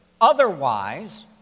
otherwise